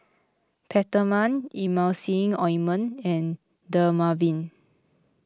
Peptamen Emulsying Ointment and Dermaveen